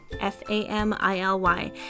F-A-M-I-L-Y